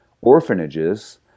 orphanages